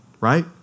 right